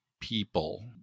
people